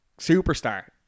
superstar